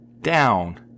down